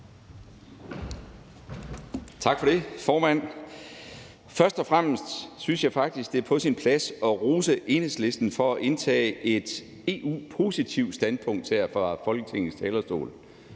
Tak for det, formand. Først og fremmest synes jeg faktisk, det er på sin plads at rose Enhedslisten for at indtage et EU-positivt standpunkt her fra Folketingets talerstol,